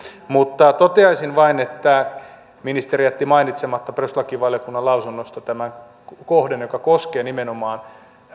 mutta toteaisin vain että ministeri jätti mainitsematta perustuslakivaliokunnan lausunnosta tämän kohdan joka koskee nimenomaan